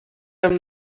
hem